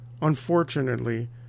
Unfortunately